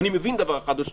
ואני מבין דבר אחד או שניים,